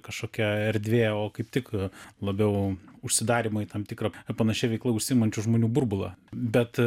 kažkokia erdvė o kaip tik labiau užsidarymai į tam tikrą panašia veikla užsiimančių žmonių burbulą bet